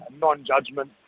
non-judgment